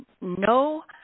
No